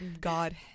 god